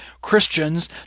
Christians